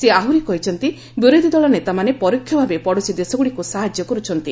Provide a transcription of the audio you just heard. ସେ ଆହୁରି କହିଛନ୍ତି ବିରୋଧୀଦଳ ନେତାମାନେ ପରୋକ୍ଷ ଭାବେ ପଡ଼ୋଶୀ ଦେଶଗୁଡ଼ିକୁ ସାହାଯ୍ୟ କରୁଛନ୍ତି